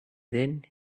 then